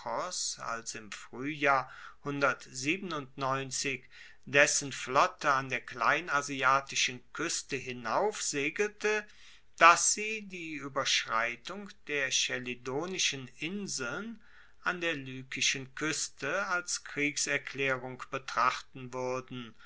als im fruehjahr dessen flotte an der kleinasiatischen kueste hinauf segelte dass sie die ueberschreitung der chelidonischen inseln an der lykischen kueste als kriegserklaerung betrachten wuerden